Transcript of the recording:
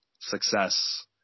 success